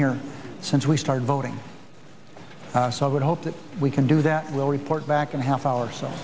here since we started voting some would hope that we can do that we'll report back in half hour or so